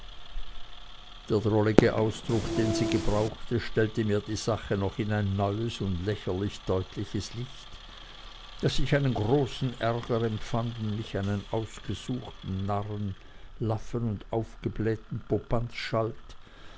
der drollige ausdruck den sie gebrauchte stellte mir die sache noch in ein neues und lächerlich deutliches licht daß ich einen großen ärger empfand und mich einen ausgesuchten narren laffen und aufgebläheten popanz schalt